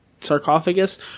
sarcophagus